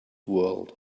world